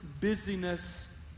busyness